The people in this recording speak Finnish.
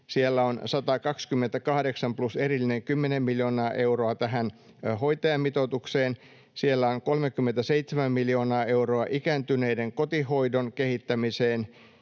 miljoonaa plus erillinen 10 miljoonaa euroa tähän hoitajamitoitukseen. Siellä on 37 miljoonaa euroa ikääntyneiden kotihoidon kehittämiseen,